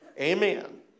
Amen